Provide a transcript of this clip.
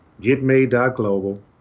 Getmade.global